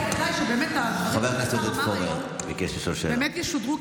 אולי כדאי שהדברים שאמר השר היום באמת ישודרו,